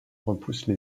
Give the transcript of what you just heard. repousse